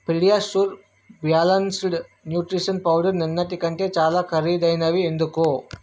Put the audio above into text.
PediaSure balanced nutritional powder నిన్నటి కంటే చాలా ఖరీదైనవి ఎందుకు